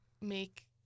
make